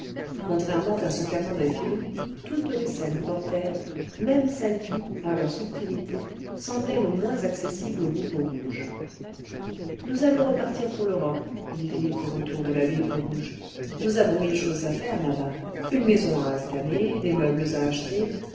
contrairement à ce qu'attendait philippe toutes les l'egypte nouvelle les pyramides restaurées scènes portèrent même celles qui par leur subtilité semblaient le moins accessibles au goût peaurouge ce nous allons repartir pour l'europe dit philippe au retour de la ville peau-rouge nous avons mille choses à faire là-bas une maison à installer des meubles à acheter